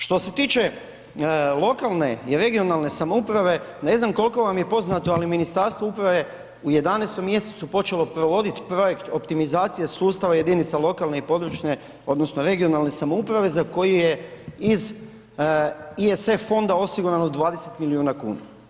Što se tiče lokalne i regionalne samouprave, ne znam kolko vam je poznato, ali Ministarstvo uprave u 11 mjesecu počelo provodit projekt optimizacije sustava jedinica lokalne i područne odnosno regionalne samouprave za koji je iz ISF fonda osigurano 20 milijuna kuna.